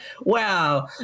Wow